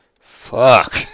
Fuck